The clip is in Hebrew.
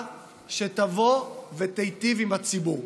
שתבוא ותיטיב עם הציבור.